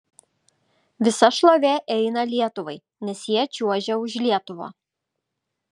visa šlovė eina lietuvai nes jie čiuožia už lietuvą